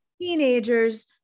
teenagers